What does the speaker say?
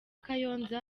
kayonza